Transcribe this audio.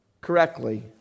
correctly